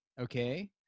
okay